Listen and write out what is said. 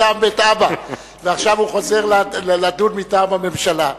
מטעם בית אבא, עכשיו הוא חוזר לדון מטעם הממשלה.